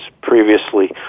previously